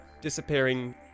disappearing